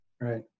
Right